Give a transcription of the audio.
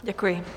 Děkuji.